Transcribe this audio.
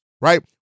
right